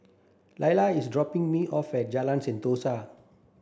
Illya is dropping me off at Jalan Sentosa